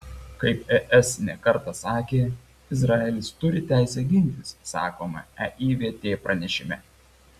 kaip es ne kartą sakė izraelis turi teisę gintis sakoma eivt pranešime